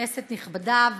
כנסת נכבדה,